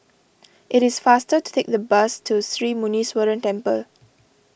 it is faster to take the bus to Sri Muneeswaran Temple